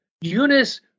Eunice